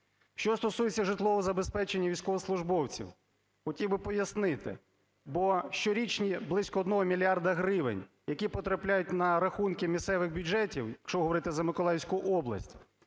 Що стосується житлового забезпечення військовослужбовців, хотів би пояснити, бо щорічно близько 1 мільярда гривень, які потрапляють на рахунки місцевих бюджетів, якщо говорити за Миколаївську область,